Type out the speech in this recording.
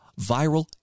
viral